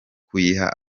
kuyiha